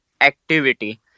activity